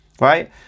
right